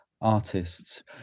artists